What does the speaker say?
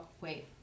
Wait